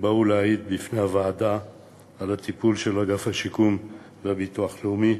שבאו להעיד בפני הוועדה על הטיפול של אגף השיקום והביטוח הלאומי.